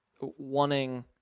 wanting